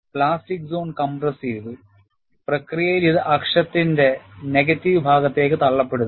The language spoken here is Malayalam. പ്ലാസ്റ്റിക് സോൺ കംപ്രസ്സുചെയ്തു പ്രക്രിയയിൽ ഇത് അക്ഷത്തിന്റെ നെഗറ്റീവ് ഭാഗത്തേക്ക് തള്ളപ്പെടുന്നു